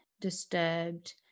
disturbed